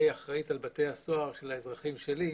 אחראית על בתי הסוהר של האזרחים שלי,